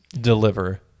deliver